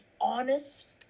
honest